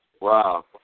Wow